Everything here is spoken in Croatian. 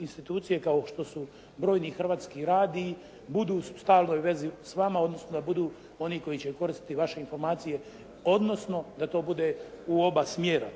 institucije kao što su brojni hrvatski radiji budu u stalnoj vezi s vama, odnosno da budu oni koji će koristiti vaše informacije, odnosno da to bude u oba smjera.